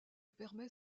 permet